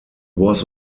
was